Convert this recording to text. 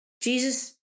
Jesus